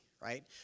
right